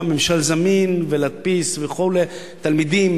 ולהדפיס וכו' תלמידים,